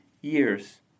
years